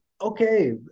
okay